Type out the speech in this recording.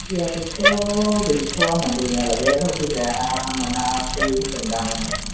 खुसियाखौथ' गैथ'आमोन गैनायालाय बे होफैग्राया मोनाखै होनदों दामानि